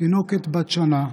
תינוקת בת שנה,